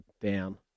down